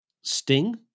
Sting